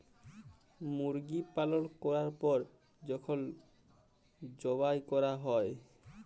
মুরগি পালল ক্যরার পর যখল যবাই ক্যরা হ্যয়